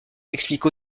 explique